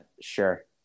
sure